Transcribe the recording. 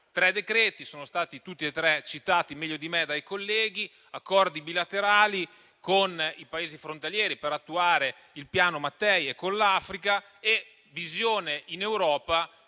tre decreti, tutti e tre citati meglio di me dai colleghi, accordi bilaterali con i Paesi frontalieri per attuare il piano Mattei e con l'Africa, visione in Europa